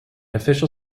official